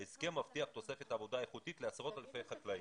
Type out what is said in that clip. ההסכם מבטיח תוספת עבודה איכותית לעשרות אלפי חקלאים.